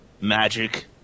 magic